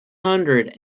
hundred